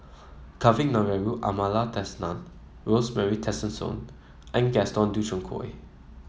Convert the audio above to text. Kavignareru Amallathasan Rosemary Tessensohn and Gaston Dutronquoy